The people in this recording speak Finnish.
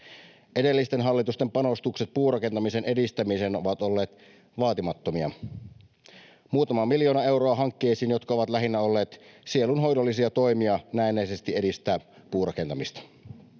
Edellisten hallitusten panostukset puurakentamisen edistämiseen ovat olleet vaatimattomia: muutama miljoona euroa hankkeisiin, jotka ovat lähinnä olleet sielunhoidollisia toimia näennäisesti edistää puurakentamista.